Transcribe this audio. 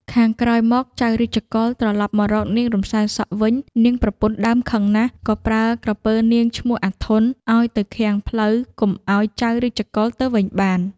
ខាងក្រោយមក ចៅរាជកុល ត្រឡប់មករកនាង រំសាយសក់ វិញ នាងប្រពន្ធដើមខឹងណាស់ ក៏ប្រើក្រពើនាង ឈ្មោះ អាធន់ ឱ្យទៅឃាំងផ្លូវកុំឱ្យចៅរាជកុល ទៅវិញបាន ។